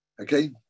Okay